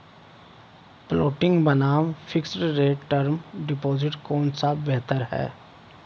Floating बनाम fixed rate term deposit कौन सा बेहतर है?